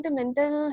mental